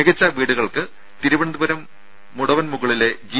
മികച്ച വീടുകൾക്ക് തിരുവനന്തപുരം മുടവൻമുഗളിലെ ജി